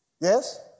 Yes